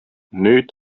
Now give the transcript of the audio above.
nüüd